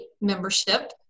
membership